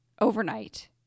overnight